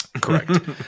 correct